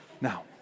Now